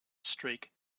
streak